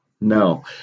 No